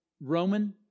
Roman